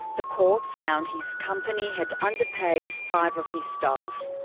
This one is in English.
the court found his company had underpaid five of his staff.